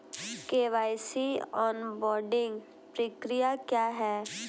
KYC onboarding प्रक्रिया क्या है?